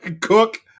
cook